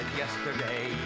yesterday